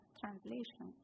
translation